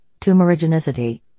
tumorigenicity